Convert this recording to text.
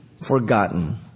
forgotten